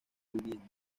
vivienda